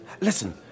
Listen